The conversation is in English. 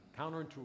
counterintuitive